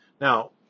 Now